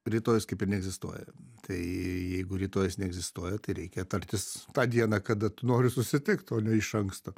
rytojus kaip ir neegzistuoja tai jeigu rytojus neegzistuoja tai reikia tartis tą dieną kada tu nori susitikt iš anksto